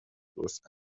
درست